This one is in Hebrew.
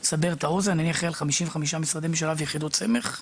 כדי לסבר את האוזן: אני אחראי על 55 משרדי ממשלה ויחידות סמך,